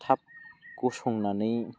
थाब गसंनानै